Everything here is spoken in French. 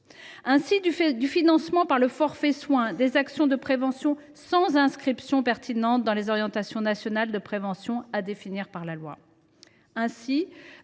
ainsi du financement par le forfait soins des actions de prévention, sans inscription pertinente dans les orientations nationales de prévention à définir par la loi.